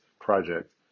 project